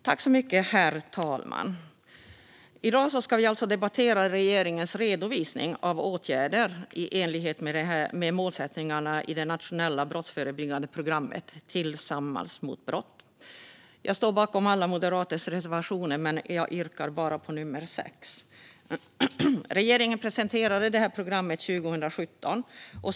Herr talman! I dag ska vi debattera regeringens redovisning av åtgärder i enlighet med målsättningarna i det nationella brottsförebyggande programmet Tillsammans mot brott. Jag står bakom Moderaternas alla reservationer, men jag yrkar bifall endast till reservation nummer 6. Regeringen presenterade programmet 2017.